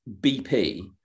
BP